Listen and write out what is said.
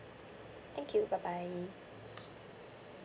thank you bye bye